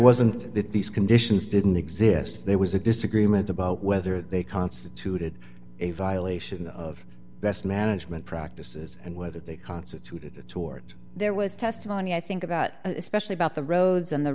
wasn't that these conditions didn't exist there was a disagreement about whether they constituted a violation of best management practices and whether they constituted toward there was testimony i think about especially about the roads and the